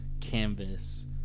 canvas